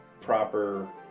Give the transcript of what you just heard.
proper